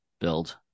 build